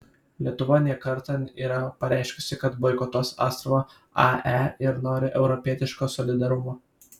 lietuva ne kartą yra pareiškusi kad boikotuos astravo ae ir nori europietiško solidarumo